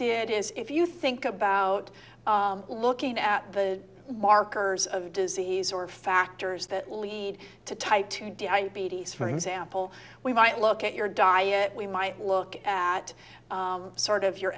is if you think about looking at the markers of disease or factors the it lead to type two diabetes for example we might look at your diet we might look at sort of your